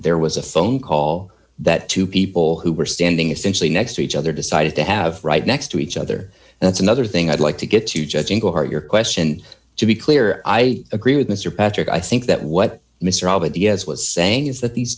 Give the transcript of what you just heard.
there was a phone call that two people who were standing essentially next to each other decided to have right next to each other and it's another thing i'd like to get to judge your heart your question to be clear i agree with mr patrick i think that what mr abbott the as was saying is that these